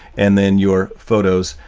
and then your photos.